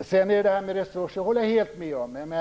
det gäller frågan om resurser håller jag helt med om det som sagts.